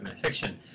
fiction